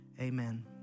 Amen